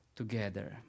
together